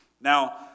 Now